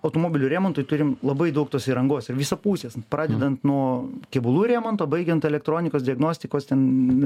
automobilių remontui turime labai daug tos įrangos ir visapusės pradedant nuo kėbulų remonto baigiant elektronikos diagnostikos ten